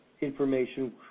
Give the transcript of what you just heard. information